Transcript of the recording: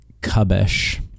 cubbish